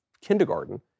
kindergarten